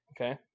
okay